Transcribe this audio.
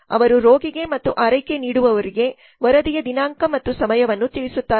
ಅವರು ರೋಗಿಗೆ ಮತ್ತು ಆರೈಕೆ ನೀಡುವವರಿಗೆ ವರದಿಯ ದಿನಾಂಕ ಮತ್ತು ಸಮಯವನ್ನು ತಿಳಿಸುತ್ತಾರೆ